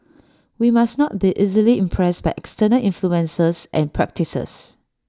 we must not be easily impressed by external influences and practices